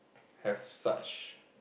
have such